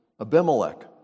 Abimelech